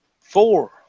four